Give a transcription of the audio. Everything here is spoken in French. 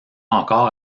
encore